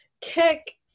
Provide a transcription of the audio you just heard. kick